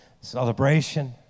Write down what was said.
Celebration